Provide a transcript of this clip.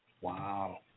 Wow